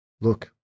look